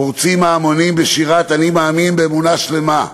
פורצים ההמונים בשירת "אני מאמין באמונה שלמה",